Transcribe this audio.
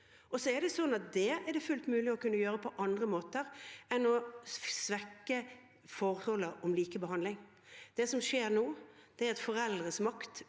det er fullt mulig å gjøre det på andre måter enn ved å svekke formålet om likebehandling. Det som skjer nå, er at foreldrenes makt